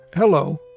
Hello